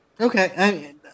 Okay